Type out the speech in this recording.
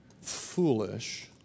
foolish